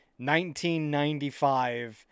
1995